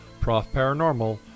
profparanormal